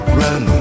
run